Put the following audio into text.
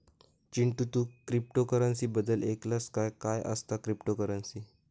चिंटू, तू क्रिप्टोकरंसी बद्दल ऐकलंस काय, काय असता क्रिप्टोकरंसी?